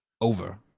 Over